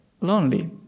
lonely